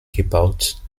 gebaut